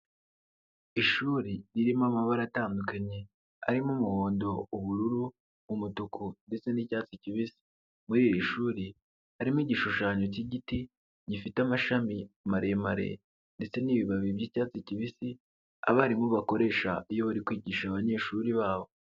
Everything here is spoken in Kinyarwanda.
Ishuri ririmo amabara atandukanye, arimo umuhondo, ubururu, umutuku ndetse n'icyatsi kibisi, muri iri shuri harimo igishushanyo cy'igiti, gifite amashami maremare ndetse n'ibibabi by'icyatsi kibisi, abarimu bakoresha iyo bari kwigisha abanyeshuri babo.